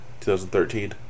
2013